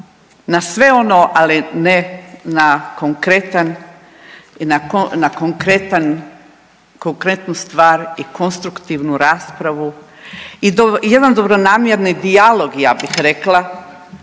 na konkretan, konkretnu stvar i konstruktivnu raspravu i jedan dobronamjerni dijalog ja bih rekla